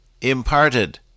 imparted